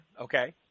okay